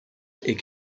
est